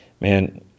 man